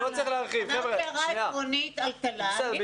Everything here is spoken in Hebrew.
אמרתי הערה עקרונית על תל"ן --- הנה,